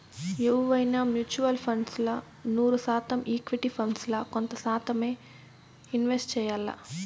ఎవువైనా mutual funds ల నూరు శాతం ఈక్విటీ ఫండ్స్ ల కొంత శాతమ్మే ఇన్వెస్ట్ చెయ్యాల్ల